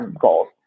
goals